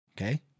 Okay